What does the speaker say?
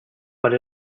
but